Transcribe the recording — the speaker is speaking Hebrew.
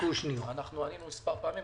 העתק מהמכתב לשר הביטחון,